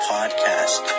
Podcast